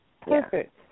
Perfect